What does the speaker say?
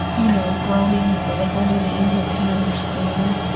you know, groanings that, like, only the angels can understand.